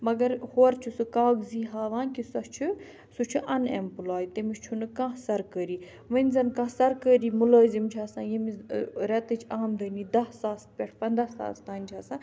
مگر ہورٕ چھُ سُہ کاغذی ہاوان کہِ سۄ چھِ سُہ چھُ اَن ایٚمپلاے تٔمِس چھُنہٕ کانٛہہ سرکٲری وَنۍ زَن کانٛہہ سرکٲری مُلٲزِم چھِ آسان ییٚمِس ریٚتٕچ آمدنی دٔہ ساسَس پٮ۪ٹھ پَنٛدہ ساس تانۍ چھِ آسان